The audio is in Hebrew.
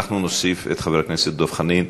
אנחנו נוסיף את חבר הכנסת דב חנין.